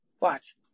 Watch